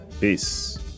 Peace